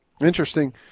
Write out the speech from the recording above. interesting